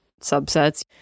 subsets